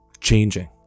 changing